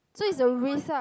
so is a risk ah